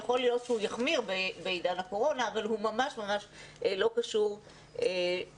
יכול להיות שהוא יחמיר בעידן הקורונה אבל הוא ממש לא קשור לקורונה.